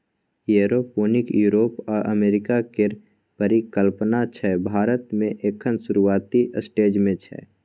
aeroponic Europe आ America केर परिकल्पना छै भारत मे एखन शुरूआती स्टेज मे छै